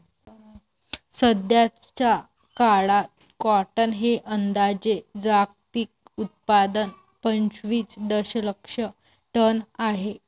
सध्याचा काळात कॉटन हे अंदाजे जागतिक उत्पादन पंचवीस दशलक्ष टन आहे